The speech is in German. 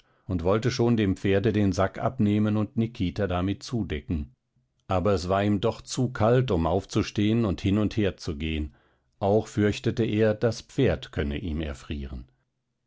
und wollte schon dem pferde den sack abnehmen und nikita damit zudecken aber es war ihm doch zu kalt um aufzustehen und hin und her zu gehen auch fürchtete er das pferd könne ihm erfrieren